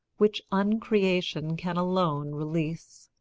which uncreation can alone release.